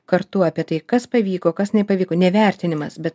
kartu apie tai kas pavyko kas nepavyko nevertinimas bet